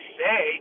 say